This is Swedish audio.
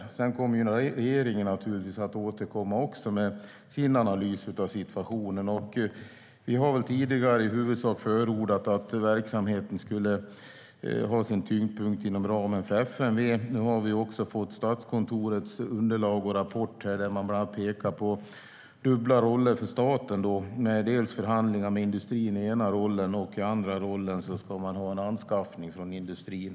Regeringen kommer naturligtvis att återkomma med sin analys av situationen. Vi har tidigare i huvudsak förordat att verksamheten ska ha sin tyngdpunkt inom ramen för FMV. Nu har vi också fått Statskontorets underlag och rapport, där man bland annat pekar på dubbla roller för staten: i den ena rollen ska man ha förhandlingar med industrin, och i den andra rollen ska man ha anskaffning från industrin.